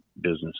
business